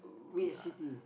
which city